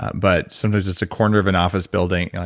ah but sometimes just a corner of an office building,